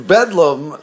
Bedlam